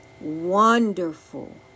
wonderful